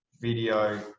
video